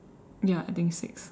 ya I think six